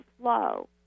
flow